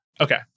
Okay